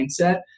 mindset